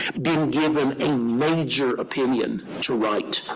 been given a major opinion to write.